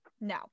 No